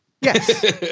Yes